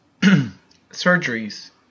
surgeries